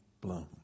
bloom